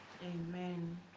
Amen